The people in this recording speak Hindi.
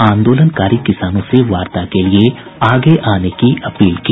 आंदोलनकारी किसानों से वार्ता के लिए आगे आने का अपील की